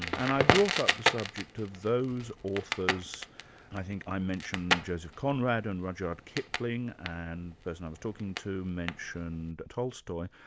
and i brought up the subject of those authors i think i mentioned joseph conrad and rudyard kipling and the person i was talking to mentioned tolstoy,